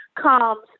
comes